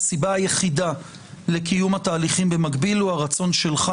שהסיבה היחידה לקיום התהליכים במקביל הוא הרצון שלך